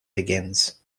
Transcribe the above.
begins